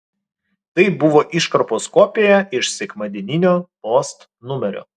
tai buvo iškarpos kopija iš sekmadieninio post numerio